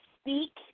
speak